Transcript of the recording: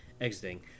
exiting